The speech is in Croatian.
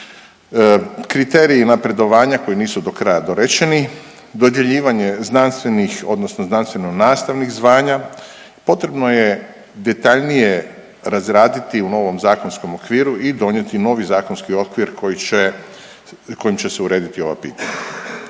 kriteriji napredovanja koji nisu do kraja dorečeni, dodjeljivanje znanstvenih odnosno znanstveno nastavnih zvanja, potrebno je detaljnije razraditi u novom zakonskom okviru i donijeti novi zakonski okvir koji će, kojim će se urediti ova pitanja.